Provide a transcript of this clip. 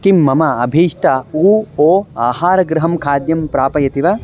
किं मम अभीष्टम् उ ओ आहारगृहं खाद्यं प्रापयति वा